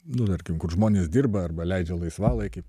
nu tarkim kur žmonės dirba arba leidžia laisvalaikį